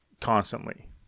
constantly